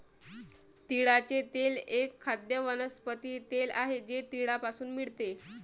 तिळाचे तेल एक खाद्य वनस्पती तेल आहे जे तिळापासून मिळते